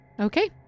Okay